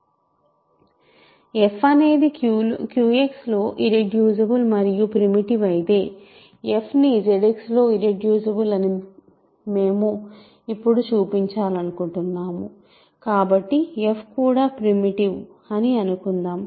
f అనేది QX లో irreducible మరియు ప్రిమిటివ్ అయితే f ని ZX లో ఇర్రెడ్యూసిబుల్ అని మేము ఇప్పుడు చూపించాలనుకుంటున్నాము కాబట్టి f కూడా ప్రిమిటివ్ అని అనుకుందాం